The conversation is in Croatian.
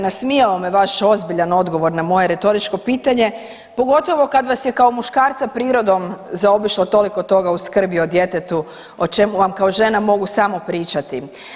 Nasmijao me vaš ozbiljan odgovor na moje retoričko pitanje pogotovo kad vas je kao muškarca prirodom zaobišlo toliko toga u skrbi o djetetu o čemu vam kao žena mogu samo pričati.